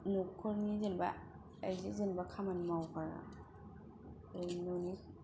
न'खरनि जेनेबा ओरैनो जेनेबा खामानि मावग्रा ओरैनो न'नि